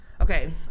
okay